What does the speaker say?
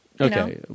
Okay